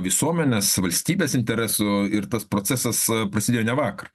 visuomenės valstybės interesų ir tas procesas prasidėjo ne vakar